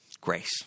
grace